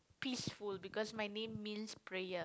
peaceful because my name means prayer